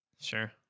sure